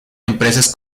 empresas